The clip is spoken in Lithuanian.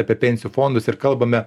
apie pensijų fondus ir kalbame